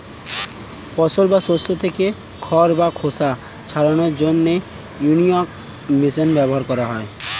ফসল বা শস্য থেকে খড় বা খোসা ছাড়ানোর জন্য উইনউইং মেশিন ব্যবহার করা হয়